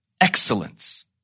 excellence